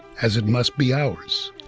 as it must be ours.